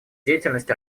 деятельность